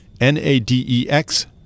N-A-D-E-X